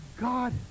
God